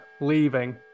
leaving